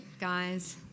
guys